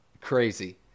crazy